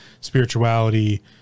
spirituality